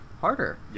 harder